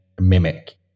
mimic